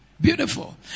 beautiful